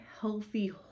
healthy